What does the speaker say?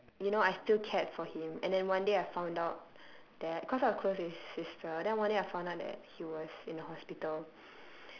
but you know I still cared for him and then one day I found out that cause I was close with his sister then one day I found out that he was in the hospital